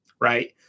right